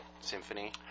symphony